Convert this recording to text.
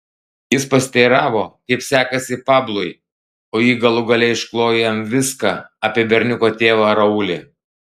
jis pasiteiravo kaip sekasi pablui o ji galų gale išklojo jam viską apie berniuko tėvą raulį